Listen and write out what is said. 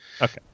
Okay